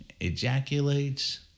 ejaculates